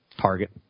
Target